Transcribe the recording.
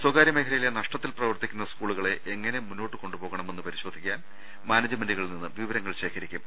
സ്വകാര്യ മേഖ ലയിലെ നഷ്ടത്തിൽ പ്രവർത്തിക്കുന്ന സ്കൂളുകളെ എങ്ങനെ മുന്നോട്ടു കൊണ്ടുപോകണമെന്ന് പരിശോധിക്കാൻ മാനേജ്മെന്റുകളിൽ നിന്ന് വിവര ങ്ങൾ ശേഖരിക്കും